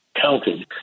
counted